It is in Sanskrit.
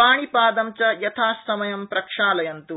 पाणिपादं च यथासमयं प्रक्षालयन्त्